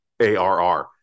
arr